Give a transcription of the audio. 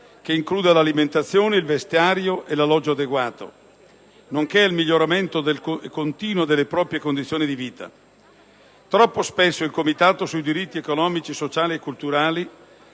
che includa alimentazione, vestiario ed alloggio adeguato, nonché al miglioramento continuo delle proprie condizioni di vita. Troppo spesso il Comitato sui diritti economici, sociali e culturali